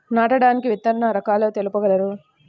నాటడానికి విత్తన రకాలు తెలుపగలరు?